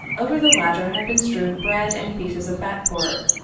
over the latter had been strewn bread and pieces of fat pork,